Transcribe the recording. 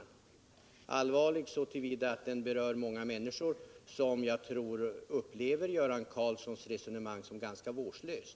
Den är allvarlig så till vida att den berör många människor som jag tror upplever Göran Karlssons resonemang som ganska vårdslöst.